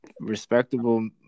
Respectable